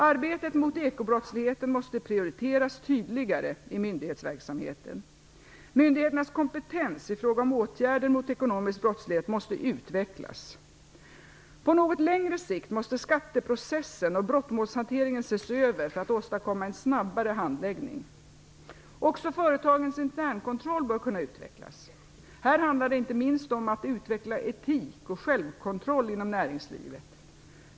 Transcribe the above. Arbetet mot ekobrottsligheten måste prioriteras tydligare i myndighetsverksamheten. Myndigheternas kompetens i fråga om åtgärder mot ekonomisk brottslighet måste utvecklas. På något längre sikt måste skatteprocessen och brottmålshanteringen ses över för att åstadkomma en snabbare handläggning. Också företagens internkontroll bör kunna utvecklas. Här handlar det inte minst om att utveckla etik och självkontroll inom näringslivet.